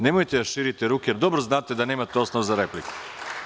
Nemojte da širite ruke, jer dobro znate da nemate osnova za repliku.